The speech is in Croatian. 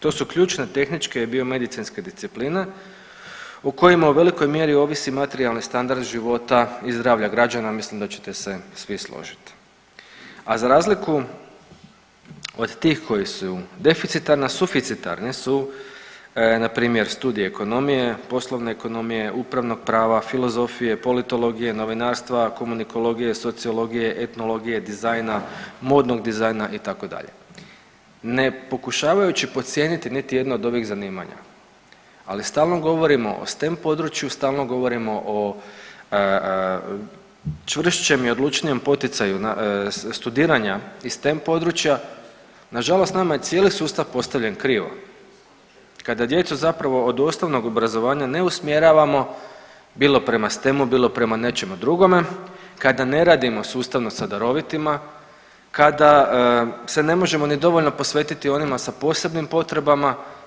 To tu ključne tehničke i biomedicinske discipline u kojima u velikoj mjeri ovisi materijalni standard života i zdravlja građana, mislim da ćete se svi složit, a za razliku od tih koji su deficitarna suficitarni su npr. studij ekonomije, poslovne ekonomije, upravnog prava, filozofije, politologije, novinarstva, komunikologije, sociologije, etnologije, dizajna, modnog dizajna itd., ne pokušavajući podcijeniti niti jedno od ovih zanimanja ali stalno govorimo o STEM području, stalno govorimo o čvršćem i odlučnijem poticaju studiranja iz STEM područja, nažalost nama je cijeli sustav postavljen krivo kada djecu zapravo od osnovnog obrazovanja ne usmjeravamo bilo prema STEM-u, bilo prema nečemu drugome, kada ne radimo sustavno sa darovitima, kada se ne možemo ni dovoljno posvetiti onima sa posebnim potrebama.